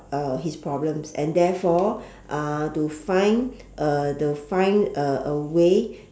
uh his problems and therefore uh to find uh to find uh a way